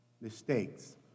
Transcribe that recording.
mistakes